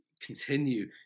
continue